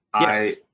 Yes